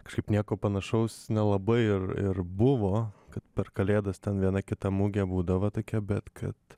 kažkaip nieko panašaus nelabai ir ir buvo kad per kalėdas ten viena kita mugė būdavo tokia bet kad